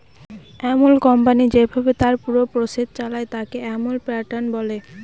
Amul company যেভাবে তার পুরো প্রসেস চালায়, তাকে আমুল প্যাটার্ন বলে